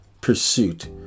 pursuit